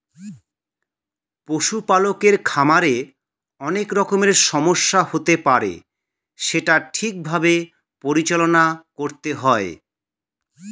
পশু পালকের খামারে অনেক রকমের সমস্যা হতে পারে সেটা ঠিক ভাবে পরিচালনা করতে হয়